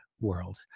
world